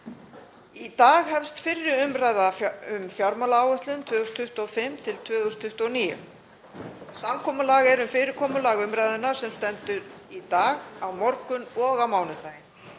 Í dag hefst umræða um fjármálaáætlun 2025–2029. Samkomulag er um fyrirkomulag umræðunnar sem stendur í dag, á morgun og á mánudaginn.